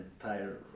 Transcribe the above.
entire